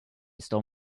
stole